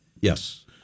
Yes